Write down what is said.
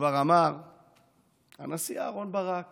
וכבר אמר הנשיא אהרן ברק